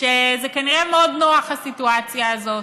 שזה כנראה מאוד נוח, הסיטואציה הזאת,